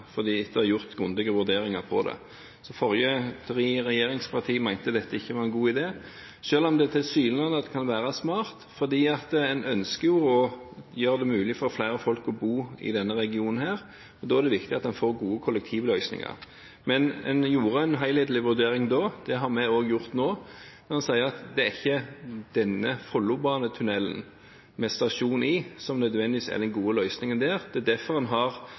gjort grundige vurderinger på det. De forrige tre regjeringspartiene mente dette ikke var en god idé, selv om det tilsynelatende kan være smart, for en ønsker jo å gjøre det mulig for flere folk å bo i denne regionen, og da er det viktig at en får gode kollektivløsninger. Men en gjorde en helhetlig vurdering da, og det har vi også gjort nå når vi sier at det ikke er denne Follobanetunnelen med stasjon inne i fjellet som nødvendigvis er den gode løsningen der. Det er derfor en har